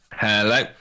Hello